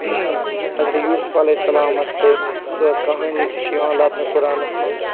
حضرت یوٗسف علیہ سلامَس سۭتۍ سۄ کَہانی تہِ چھِ یِوان لَبنہٕ قُرانَس منٛز